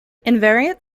invariant